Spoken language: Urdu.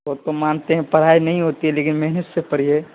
وہ تو مانتے ہیں پڑھائی نہیں ہوتی ہے لیکن محنت سے پڑھیے